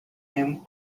him